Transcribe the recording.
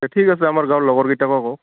দেই ঠিক আছে আমাৰ গাঁৱৰ লগৰকেইটাকো কওঁ